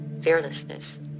fearlessness